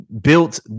built